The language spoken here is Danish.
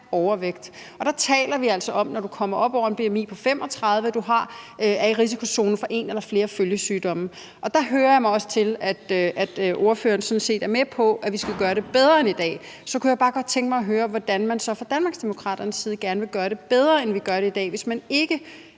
overvægt, og der taler vi altså om, at når du kommer op over en bmi på 35, er du i risikozonen for en eller flere følgesygdomme. Der hører jeg mig også til, at ordføreren sådan set er med på, at vi skal gøre det bedre end i dag. Så kunne jeg bare godt tænke mig at høre, hvordan man så fra Danmarksdemokraternes side gerne vil gøre det bedre, end vi gør det i dag, hvis man ikke